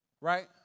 right